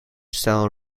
style